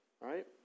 right